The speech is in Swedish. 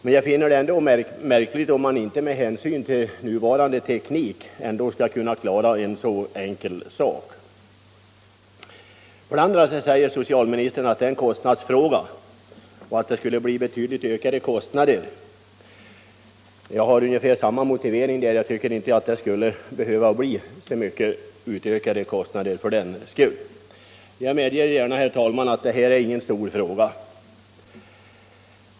Men jag finner det ändå märkligt att man inte, med hänsyn till nuvarande teknik, skall kunna klara en så enkel sak. Socialministern säger också att utsändningen i slutna kuvert skulle medföra betydligt ökade kostnader. Jag har ungefär samma motivering där, jag tycker inte att kostnaderna skulle behöva öka så mycket för den skull. Jag medger gärna, herr talman, att detta inte är någon stor fråga.